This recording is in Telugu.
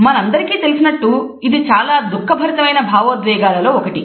మనందరికీ తెలిసినట్టుగా ఇది చాలా దుఃఖ భరితమైన భావోద్వేగాల లో ఒకటి